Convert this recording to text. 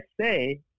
say